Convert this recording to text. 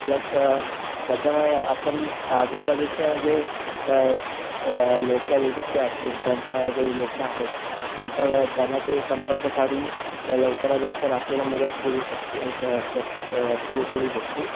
plus त्याच्यामुळे आपणआजूबाजूच्या जे लोकल इकडचे असेल जनता जे लोक आहेत त्यांच्यावर त्यांना ते संपर्क साधून त्या लवकरात लवकर आपल्याला मदत पुरवू शकती श शकत् पुरवू पुरवू शकतील